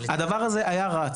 הדבר הזה היה רץ.